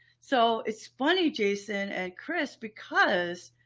so it's funny, jason and chris, because